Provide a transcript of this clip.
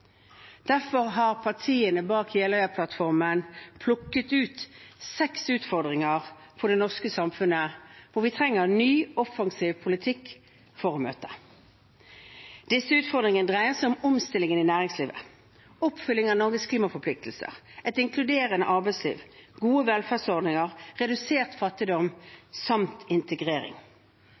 Derfor har partiene bak Jeløya-plattformen plukket ut seks utfordringer for det norske samfunnet, som vi trenger ny, offensiv politikk for å møte. Disse utfordringene dreier seg om omstillingen i næringslivet, oppfylling av Norges klimaforpliktelser, et inkluderende arbeidsliv, gode velferdsordninger, redusert fattigdom samt integrering.